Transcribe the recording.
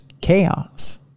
chaos